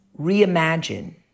reimagine